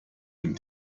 dem